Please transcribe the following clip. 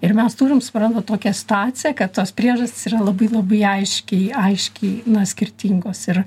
ir mes turim suprantat tokią situaciją kad tos priežastys yra labai labai aiškiai aiškiai na skirtingos ir